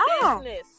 business